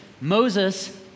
Moses